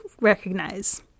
recognize